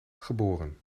geboren